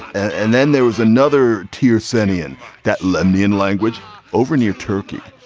and then there was another teer sinnen that lived the in-language over near turkey